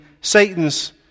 Satan's